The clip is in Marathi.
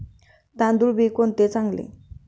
तांदूळ बी कोणते चांगले?